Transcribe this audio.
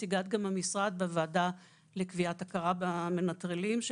שאין צורך בטיפול ובמעקב רפואי מיוחד על המנטרלים לכל אחד מעבר